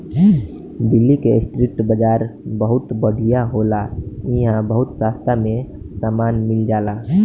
दिल्ली के स्ट्रीट बाजार बहुत बढ़िया होला इहां बहुत सास्ता में सामान मिल जाला